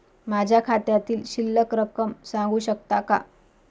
माझ्या खात्यातील शिल्लक रक्कम सांगू शकता का?